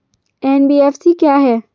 NBFC क्या है?